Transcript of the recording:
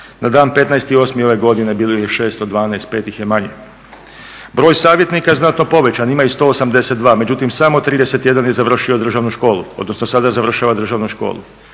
Na dan 15.8. ove godine bilo ih je 612, 5 ih je manje. Broj savjetnika je znatno povećan, ima ih 182, međutim samo 31 je završio državnu školu, odnosno sada završava državnu školu.